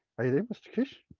are you there mr. keshe?